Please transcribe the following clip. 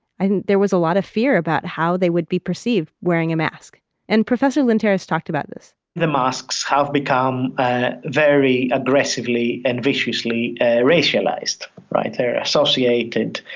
i think there was a lot of fear about how they would be perceived wearing a mask and professor lynteris talked about this the masks have become very aggressively and viciously racialized. right? they're associated